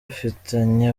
afitanye